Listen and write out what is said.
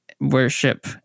worship